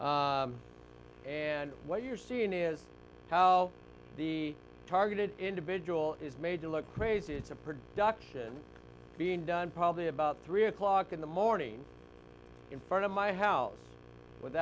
furniture and what you're seeing is how the targeted individual is made to look crazy it's a production being done probably about three o'clock in the morning in front of my house with